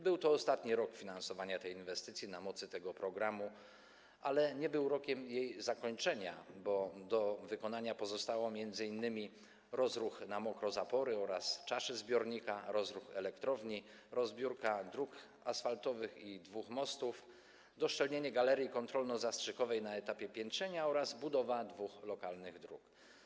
Był to ostatni rok finansowania tej inwestycji na mocy tego programu, ale nie był to rok jej zakończenia, bo do wykonania pozostały m.in. rozruch na mokro zapory oraz czaszy zbiornika, rozruch elektrowni, rozbiórka dróg asfaltowych i dwóch mostów, doszczelnienie galerii kontrolno-zastrzykowej na etapie piętrzenia oraz budowa dwóch lokalnych dróg.